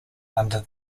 under